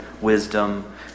wisdom